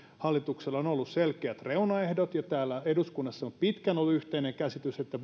hallituksella on ollut selkeät reunaehdot ja täällä eduskunnassa on pitkään ollut yhteinen käsitys että